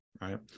right